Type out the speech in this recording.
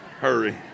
hurry